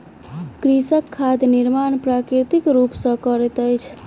कृषक खाद निर्माण प्राकृतिक रूप सॅ करैत अछि